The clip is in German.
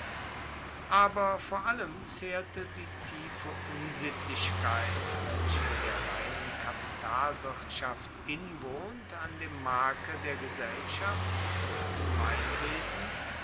aber vor allem zehrte die tiefe unsittlichkeit welche der reinen kapitalwirtschaft inwohnt an dem marke der gesellschaft und des gemeinwesens